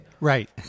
Right